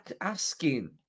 asking